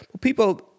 people